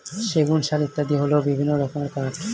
সেগুন, শাল ইত্যাদি হল বিভিন্ন রকমের কাঠ